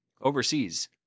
overseas